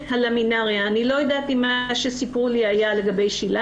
ילדתי, אני יודעת מה זה כאבים של צירי לידה.